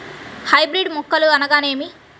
Hybrid మొక్కలు అనగానేమి?